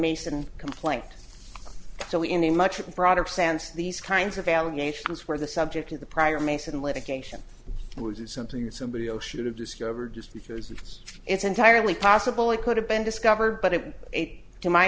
mason complaint so in a much broader sense these kinds of allegations were the subject of the prior mason litigation which is something that somebody else should have discovered just because it's it's entirely possible it could have been discovered but it ate to my